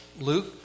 Luke